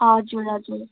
हजुर हजुर